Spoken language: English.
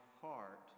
heart